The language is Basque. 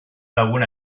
lagun